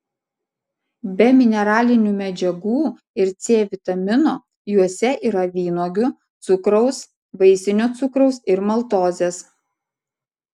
be mineralinių medžiagų ir c vitamino juose yra vynuogių cukraus vaisinio cukraus ir maltozės